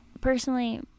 personally